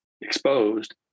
exposed